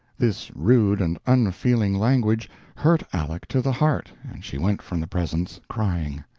this rude and unfeeling language hurt aleck to the heart, and she went from the presence crying.